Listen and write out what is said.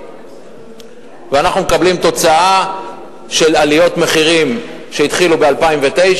ואנחנו מקבלים תוצאה של עליות מחירים שהתחילו ב-2009.